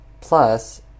plus